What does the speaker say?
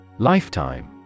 Lifetime